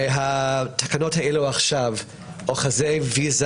מהתקנות האלה עכשיו אוחזי ויזה